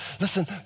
Listen